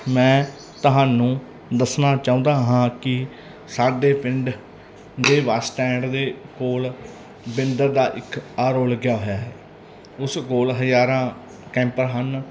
ਮੈਂ ਤੁਹਾਨੂੰ ਦੱਸਣਾ ਚਾਹੁੰਦਾ ਹਾਂ ਕਿ ਸਾਡੇ ਪਿੰਡ ਦੇ ਬੱਸ ਸਟੈਂਡ ਦੇ ਕੋਲ ਬਿੰਦਰ ਦਾ ਇੱਕ ਆਰ ਓ ਲੱਗਿਆ ਹੋਇਆ ਹੈ ਉਸ ਕੋਲ ਹਜ਼ਾਰਾਂ ਕੈਂਪਰ ਹਨ